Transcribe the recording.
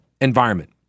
environment